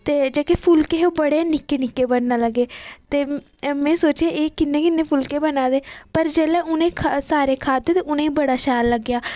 ते जेह्के फुलके हे ओह् निक्के निक्के बनना लग्गै ते में सोचेआ एह् कि'न्ने कि'न्ने फुलके बनना लगे पर जेल्लै उ'नें सारे खाद्धे ते उ'नेईं बड़ा शैल लग्गेआ